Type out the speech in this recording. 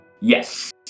yes